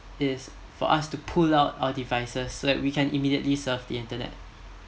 is for us to pull out our devices so that we can immediately to surf the internet